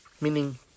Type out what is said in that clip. meaning